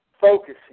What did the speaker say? focusing